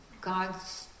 God's